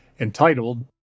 entitled